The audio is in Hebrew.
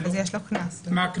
קנס.